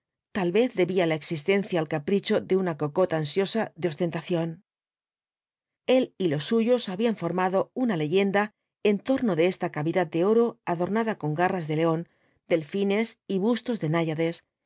tal vez debía la existencia al capricho de una cocotte ansiosa de ostentación el y los suyos habían formado una leyenda en torno de esta cavidad de oro adornada con garras de león delfines y bustos de náyades